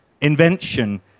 invention